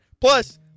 Plus